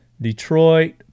Detroit